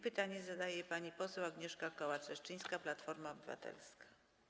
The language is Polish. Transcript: Pytanie zadaje pani poseł Agnieszka Kołacz-Leszczyńska, Platforma Obywatelska.